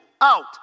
out